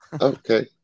Okay